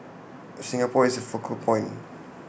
Singapore is the focal point